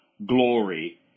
Glory